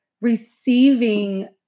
receiving